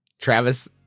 Travis